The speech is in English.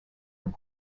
and